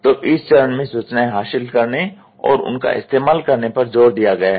तो इस चरण में सूचनाएं हासिल करने और उनका इस्तेमाल करने पर जोर दिया गया है